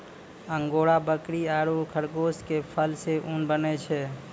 angora बकरी आरो खरगोश के फर सॅ ऊन बनै छै